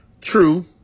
True